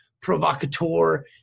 provocateur